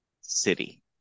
city